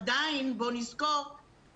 עדיין בואו נזכור,